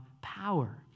power